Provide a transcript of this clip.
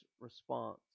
response